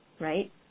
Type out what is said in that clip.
right